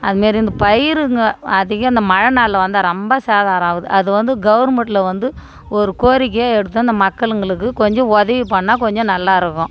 அது மாரி இந்த பயிருங்க அதிகம் இந்த மழை நாள் வந்தால் ரொம்ப சேதாரம் ஆகுது அது வந்து கவர்மெண்ட்டில் வந்து ஒரு கோரிக்கையாக எடுத்து அந்த மக்களுங்களுக்கு கொஞ்சம் உதவி பண்ணால் கொஞ்சம் நல்லாயிருக்கும்